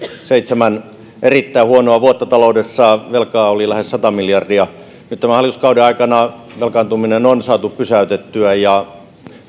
seitsemän erittäin huonoa vuotta taloudessa velkaa oli lähes sata miljardia nyt tämän hallituskauden aikana velkaantuminen on saatu pysäytettyä ja